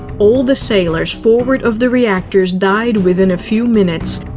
all the sailors forward of the reactors died within a few minutes.